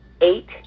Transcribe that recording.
eight